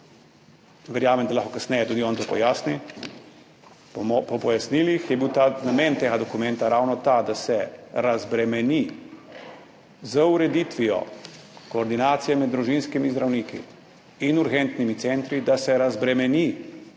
Verjamem, da lahko kasneje tudi on to pojasni. Po pojasnilih je bil namen tega dokumenta ravno ta, da se razbremeni z ureditvijo koordinacije med družinskimi zdravniki in urgentnimi centri, da se razbremeni